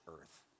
earth